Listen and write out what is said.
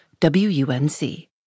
WUNC